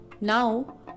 Now